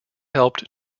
helped